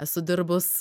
esu dirbus